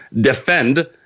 defend